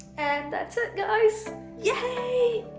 and that's it guys yay